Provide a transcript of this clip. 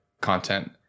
content